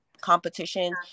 competition